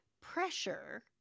pressure